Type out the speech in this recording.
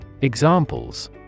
Examples